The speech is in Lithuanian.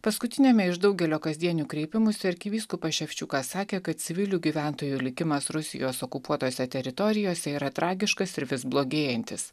paskutiniame iš daugelio kasdienių kreipimųsi arkivyskupas ševčiukas sakė kad civilių gyventojų likimas rusijos okupuotose teritorijose yra tragiškas ir vis blogėjantis